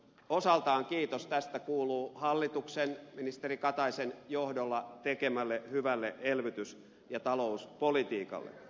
osaltaan kiitos tästä kuuluu hallituksen ministeri kataisen johdolla tekemälle hyvälle elvytys ja talouspolitiikalle